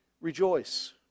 rejoice